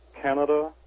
Canada